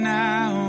now